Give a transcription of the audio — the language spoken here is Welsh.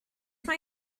mae